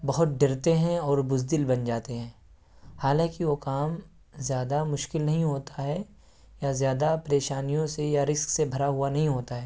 بہت ڈرتے ہیں اور بزدل بن جاتے ہیں حالاں کہ وہ کام زیادہ مشکل نہیں ہوتا ہے یا زیادہ پریشانیوں سے یا رسک سے بھرا ہوا نہیں ہوتا ہے